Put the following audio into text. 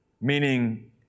meaning